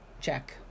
Check